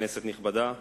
כנסת נכבדה,